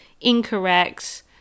incorrect